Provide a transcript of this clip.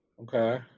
Okay